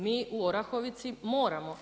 Mi u Orahovici moramo.